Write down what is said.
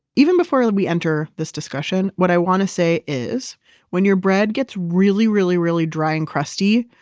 even before we enter this discussion, what i want to say is when your bread gets really, really really dry and crusty,